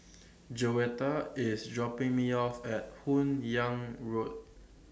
Joetta IS dropping Me off At Hun Yeang Road